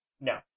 No